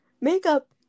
makeup